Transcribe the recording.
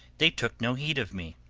they took no heed of me.